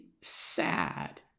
sad